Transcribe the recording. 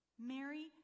Mary